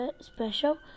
special